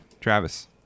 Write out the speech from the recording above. Travis